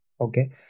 Okay